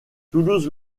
toulouse